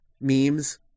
memes